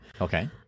Okay